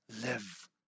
live